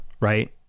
right